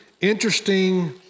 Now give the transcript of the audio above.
interesting